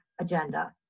agenda